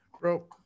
bro